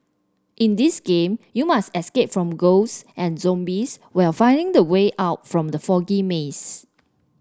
in this game you must escape from ghosts and zombies while finding the way out from the foggy maze